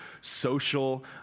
social